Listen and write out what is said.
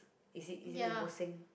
is he is he Lim-Bo-Seng